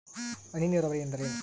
ಹನಿ ನೇರಾವರಿ ಎಂದರೇನು?